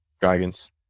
Dragons